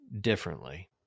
differently